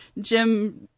jim